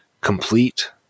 complete